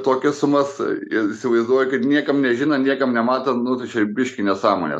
tokias sumas įsivaizduokit niekam nežinant niekam nematant nu tai čia biški nesąmonė